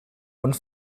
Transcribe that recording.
und